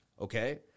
okay